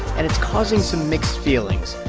and it's causing some mixed feelings.